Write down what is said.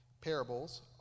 parables